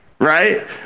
right